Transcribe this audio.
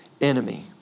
enemy